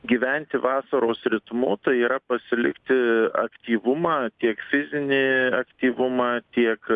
gyventi vasaros ritmu tai yra pasilikti aktyvumą tiek fizinį aktyvumą tiek